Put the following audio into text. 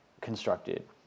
constructed